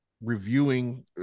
reviewing